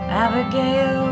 abigail